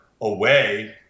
away